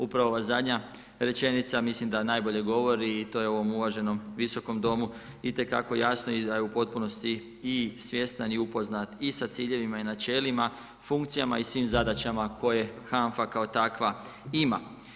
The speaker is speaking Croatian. Upravo ova zadnja rečenica, mislim da najbolje govori i to je u ovom uvaženom Visokom domu, itekako jasno i da je u potpunosti i svjestan i upoznat i sa ciljevima i sa načelima, funkcijama i svim zadaćama koje HANFA koje takva ima.